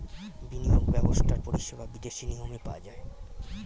বিনিয়োগ ব্যবস্থার পরিষেবা বিদেশি নিয়মে পাওয়া যায়